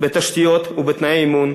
בתשתיות ובתנאי אימון,